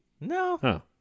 No